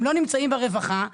הם לא נמצאים ברווחה,